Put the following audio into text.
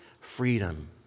freedom